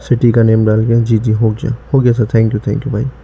city کا name ڈال دیا ہے جی جی ہو گیا ہو گیا sir thank you thank you بھائی